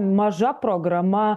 maža programa